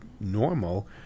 normal